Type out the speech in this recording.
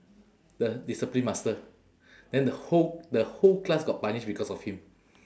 the discipline master then the whole the whole class got punish because of him